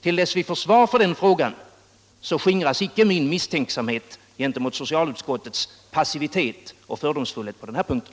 Till dess vi får svar på den frågan skingras icke min misstänksamhet gentemot socialutskottets passivitet och fördomsfullhet på den här punkten.